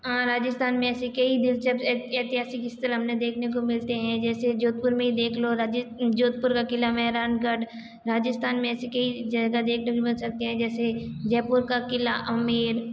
राजिस्थान में ऐसी कई दिलचस्प ऐतिहासिक स्थल हमने देखने को मिलते हैं जैसे जोधपुर में देख लो राजे जोधपुर का किला में मेहरानगढ़ राजस्थान में ऐसे कई जगह देखने को मिल सकते है जैसे जयपुर का किला आमेर